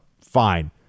fine